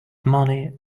money